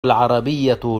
العربية